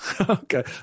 okay